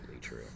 true